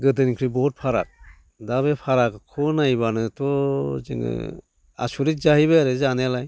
गोदोनिफ्राय बहुत फाराग दा बे फारागखौ नायोबानोथ' जोङो आसरित जाहैबाय आरो जानायालाय